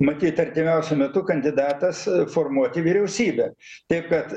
matyt artimiausiu metu kandidatas formuoti vyriausybę taip kad